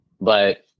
but-